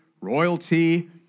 royalty